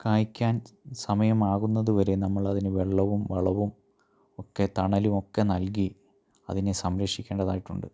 കായ്ക്കാൻ സമായമാകുന്നത് വരെ നമ്മളതിന് വെള്ളവും വളവും ഒക്കെ തണലും ഒക്കെ നൽകി അതിനെ സംരക്ഷിക്കേണ്ടതായിട്ടുണ്ട്